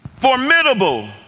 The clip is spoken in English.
formidable